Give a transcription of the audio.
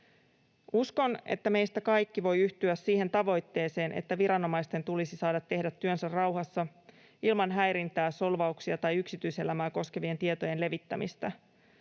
Uskon, että meistä kaikki voivat yhtyä siihen tavoitteeseen, että viranomaisten tulisi saada tehdä työnsä rauhassa ilman häirintää, solvauksia tai yksityiselämää koskevien tietojen levittämistä.